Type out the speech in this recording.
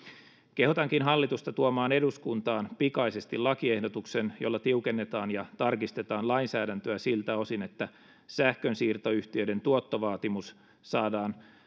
kehotankin hallitusta tuomaan eduskuntaan pikaisesti lakiehdotuksen jolla tiukennetaan ja tarkistetaan lainsäädäntöä siltä osin että sähkönsiirtoyhtiöiden tuottovaatimus saadaan